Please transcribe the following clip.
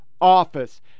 office